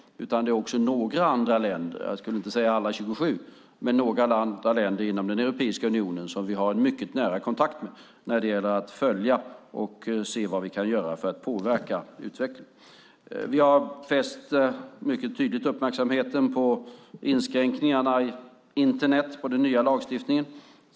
Det är också några andra länder. Jag skulle inte säga att det är alla 27, men det är några andra länder inom Europiska unionen som vi har en mycket nära kontakt med när det gäller att följa detta och se vad vi kan göra för att påverka utvecklingen. Vi har mycket tydligt fäst uppmärksamheten på inskränkningarna i Internet i den nya lagstiftningen.